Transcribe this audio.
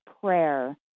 prayer